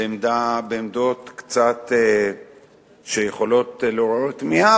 בעמדות שיכולות קצת לעורר תמיהה,